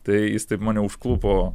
tai jis taip mane užklupo